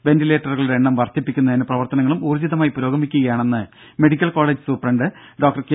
വെന്റിലേറ്ററുകളുടെ എണ്ണം വർധിപ്പിക്കുന്നതിന് പ്രവർത്തനങ്ങളും ഊർജ്ജിതമായി പുരോഗമിക്കുകയാണെന്ന് medical college superintendent doctor K